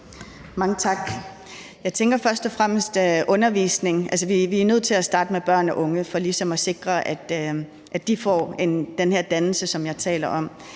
Mange tak. Jeg tænker først og fremmest, at det er undervisning. Altså, vi er nødt til at starte med børn og unge for ligesom at sikre, at de får den her dannelse, som jeg taler om.